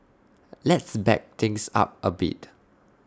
let's back things up A bit